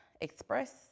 express